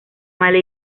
mala